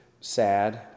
sad